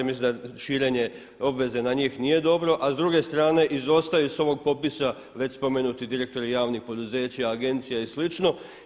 Mislim da je širenje obveze na njih nije dobro, a s druge strane izostaju s ovog popisa već spomenuti direktori javnih poduzeća, agencija i slično.